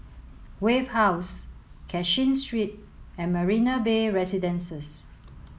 Wave House Cashin Street and Marina Bay Residences